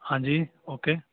ਹਾਂਜੀ ਓਕੇ